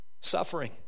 suffering